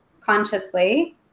consciously